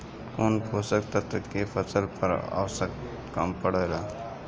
कौन पोषक तत्व के फसल पर आवशयक्ता कम पड़ता?